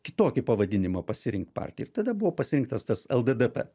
kitokį pavadinimą pasirinkt partijai ir tada buvo pasirinktas tas lddp